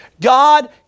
God